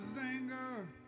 anger